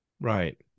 right